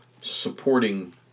supporting